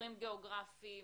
אזורים גיאוגרפים,